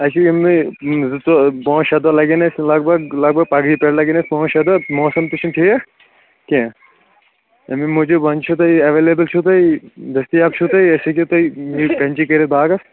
اَسہِ چھُو یِمہٕ یِم زٕ ژو پانٛژھ شےٚ دۄہ لَگن اَسہِ لگ بگ لگ بگ پگہٕے پٮ۪ٹھ لگن اَسہِ پانٛژھ شےٚ دۄہ موسم تہِ چھُنہٕ ٹھیٖک کیٚنہہ اَمی موٗجوٗب وۄنۍ چھُو تۄہہِ یہِ اٮ۪ولیبٕل چھُو تۄہہِ دٔستِیاب چھُو تۄہہِ اَسہِ ہیٚکِو تُہۍ نِچ کٮ۪نچی کٔرِتھ باغس